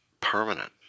permanent